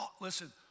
listen